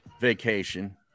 vacation